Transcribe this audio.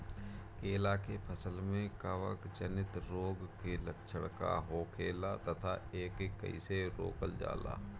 केला के फसल में कवक जनित रोग के लक्षण का होखेला तथा एके कइसे रोकल जाला?